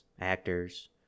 actors